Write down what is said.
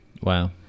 wow